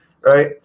Right